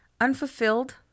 Unfulfilled